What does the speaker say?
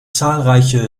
zahlreiche